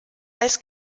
als